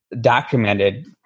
documented